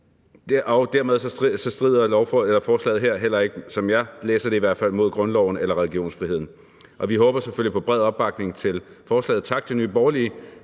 Dermed strider forslaget her heller ikke, sådan som jeg læser det, mod grundloven eller religionsfriheden. Og vi håber selvfølgelig på bred opbakning til forslaget. Tak til Nye Borgerlige